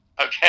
okay